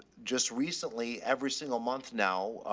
just recently, every single month. now.